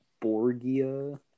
Borgia